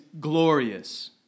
glorious